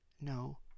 No